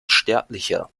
sterblicher